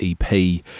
EP